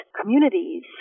communities